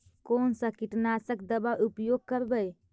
कोन सा कीटनाशक दवा उपयोग करबय?